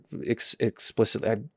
explicitly